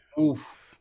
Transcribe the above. Oof